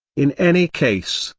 in any case,